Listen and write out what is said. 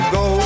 go